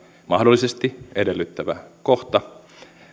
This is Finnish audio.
mahdollisesti edellyttävä kohta